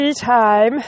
time